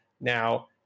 now